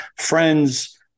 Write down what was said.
friends